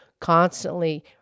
constantly